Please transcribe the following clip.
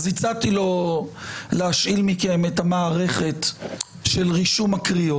אז הצעתי לו להשאיל מכם את המערכת של רישום הקריאות.